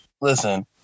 listen